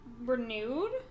Renewed